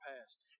past